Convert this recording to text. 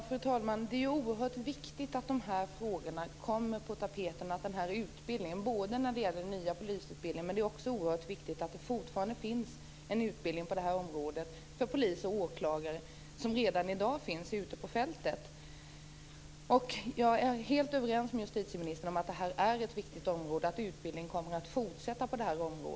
Fru talman! Det är oerhört viktigt att dessa frågor kommer på tapeten när det gäller den nya polisutbildningen. Men det är också oerhört viktigt att det fortfarande finns utbildning på det här området för poliser och åklagare som redan i dag arbetar ute på fältet. Jag är helt överens med justitieministern om att det här är ett viktigt område och att utbildningen måste fortsätta.